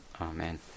Amen